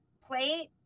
Plate